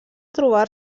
trobar